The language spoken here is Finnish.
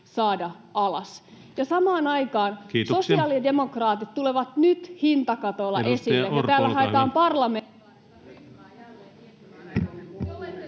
[Puhemies: Kiitoksia!] sosiaalidemokraatit tulevat nyt hintakatolla esille